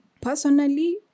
Personally